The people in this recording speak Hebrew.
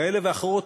כאלה ואחרות,